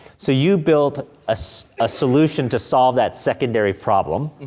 so you built a so ah solution to solve that secondary problem, and